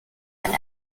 and